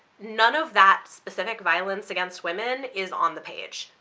none of that specific violence against women is on the page.